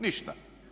Ništa.